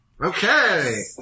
Okay